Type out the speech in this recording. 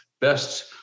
best